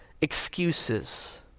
excuses